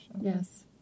Yes